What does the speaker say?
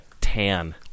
tan